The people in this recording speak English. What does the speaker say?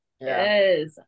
Yes